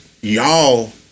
y'all